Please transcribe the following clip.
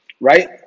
right